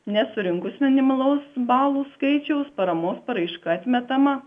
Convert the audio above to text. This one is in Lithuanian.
nesurinkus minimalaus balų skaičiaus paramos paraiška atmetama